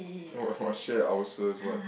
no ulcers what